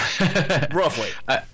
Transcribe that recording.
Roughly